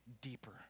deeper